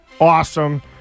awesome